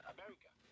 America